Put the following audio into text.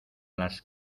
las